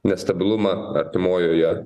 nestabilumą artimojoje